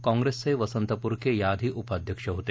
काँग्रेसचे वंसत पुरके याआधी उपाध्यक्ष होते